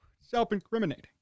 self-incriminating